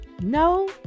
No